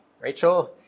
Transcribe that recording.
Rachel